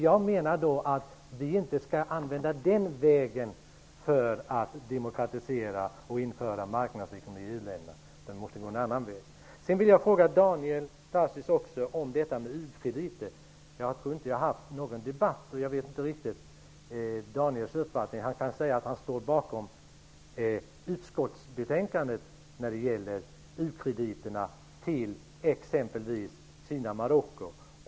Jag menar att vi inte skall använda den vägen för att demokratisera och införa marknadsekonomi i u-länderna. Vi måste välja en annan väg. Sedan vill jag ställa en fråga till Daniel Tarschys om detta med u-krediter. Jag tror inte att vi har fört någon debatt i frågan, så jag vet inte riktigt vilken uppfattning Daniel Tarschys har. Han kanske står bakom utskottsbetänkandet när det gäller ukrediterna till exempelvis Kina och Marocko.